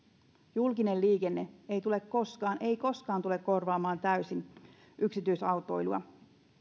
julkinen liikenne ei tule koskaan ei koskaan tule korvaamaan täysin yksityisautoilua